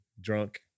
drunk